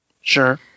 Sure